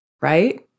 Right